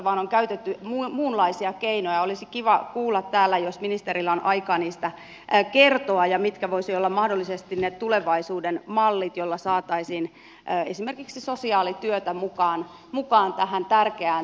kun on käytetty muunlaisia keinoja olisi kiva kuulla täällä jos ministerillä on aikaa kertoa niistä ja siitä mitkä voisivat olla mahdollisesti ne tulevaisuuden mallit joilla saataisiin esimerkiksi sosiaalityötä mukaan tähän tärkeään työhön